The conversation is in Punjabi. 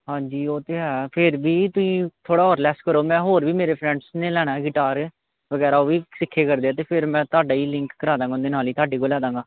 ਹਾਂਜੀ ਉਹ ਤਾਂ ਹੈ ਫਿਰ ਵੀ ਤੁਸੀਂ ਥੋੜ੍ਹਾ ਹੋਰ ਲੈਸ ਕਰੋ ਮੈਂ ਹੋਰ ਵੀ ਮੇਰੇ ਫਰੈਂਡਸ ਨੇ ਲੈਣਾ ਗਿਟਾਰ ਵਗੈਰਾ ਉਹ ਵੀ ਸਿੱਖੇ ਕਰਦੇ ਆ ਅਤੇ ਫਿਰ ਮੈਂ ਤੁਹਾਡਾ ਹੀ ਲਿੰਕ ਕਰਾ ਦਾਂਗਾ ਉਹਦੇ ਨਾਲ ਹੀ ਤੁਹਾਡੇ ਕੋਲ ਲੈ ਦਾਂਗਾ